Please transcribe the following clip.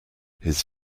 his